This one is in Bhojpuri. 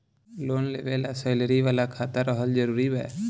लोन लेवे ला सैलरी वाला खाता रहल जरूरी बा?